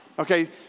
Okay